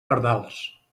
pardals